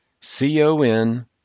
C-O-N